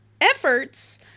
efforts